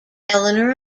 eleanor